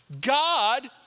God